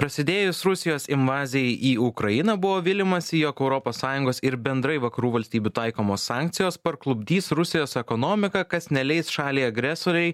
prasidėjus rusijos invazijai į ukrainą buvo viliamasi jog europos sąjungos ir bendrai vakarų valstybių taikomos sankcijos parklupdys rusijos ekonomiką kas neleis šaliai agresorei